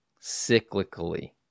cyclically